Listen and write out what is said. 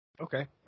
Okay